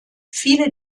viele